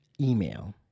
Email